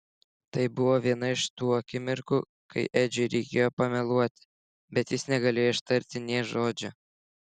tai buvo viena iš tų akimirkų kai edžiui reikėjo pameluoti bet jis negalėjo ištarti nė žodžio